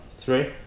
Three